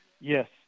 Yes